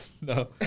No